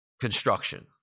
construction